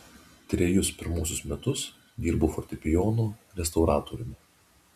trejus pirmuosius metus dirbau fortepijonų restauratoriumi